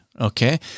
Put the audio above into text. Okay